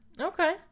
okay